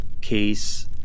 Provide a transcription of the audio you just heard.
case